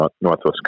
Northwest